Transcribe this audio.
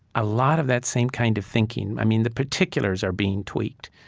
a lot of that same kind of thinking i mean, the particulars are being tweaked,